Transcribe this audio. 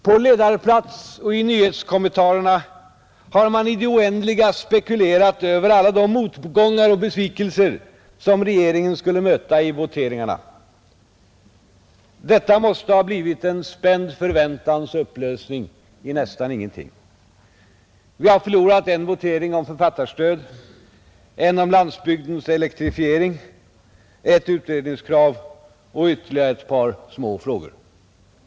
På ledarplats och i nyhetskommentarerna har man i det oändliga spekulerat över alla de motgångar och besvikelser som regeringen skulle möta i voteringarna. Detta måste ha blivit en spänd förväntans upplösning i nästan ingenting. Vi har förlorat en votering om författarstödet, en om landsbygdens elektrifiering, en om ett utredningskrav och ytterligare några i ett par små frågor.